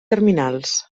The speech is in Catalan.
terminals